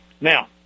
Now